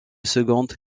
seconde